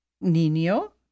Nino